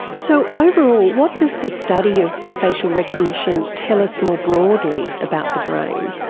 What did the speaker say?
so overall, what does the study of facial recognition tell us more broadly about the brain?